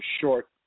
short